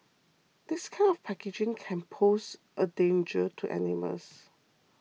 this kind of packaging can pose a danger to animals